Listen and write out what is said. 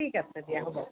ঠিক আছে দিয়া হ'ব